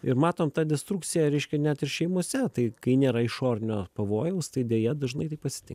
ir matom ta destrukcija reiškia net ir šeimose tai kai nėra išorinio pavojaus tai deja dažnai taip atsitinka